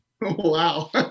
Wow